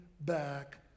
back